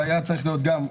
והיה צריך להיות גם,